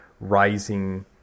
rising